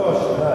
לא, השנה.